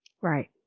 Right